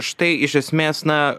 štai iš esmės na